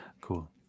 cool